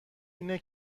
اینه